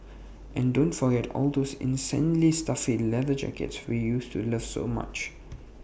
and don't forget all those insanely stuffy leather jackets we used to love so much